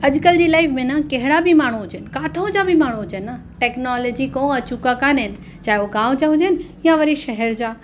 अॼुकल्ह जी लाइफ में न कहिड़ा बि माण्हू हुजनि किथां जा बि माण्हू हुजे न टेक्नोलॉजी खां अचूका कोन आहिनि चाहे उहे गाम जा हुजनि यां वरी शहर जा